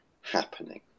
happening